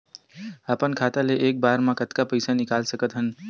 अपन खाता ले एक बार मा कतका पईसा निकाल सकत हन?